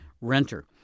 renter